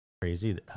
crazy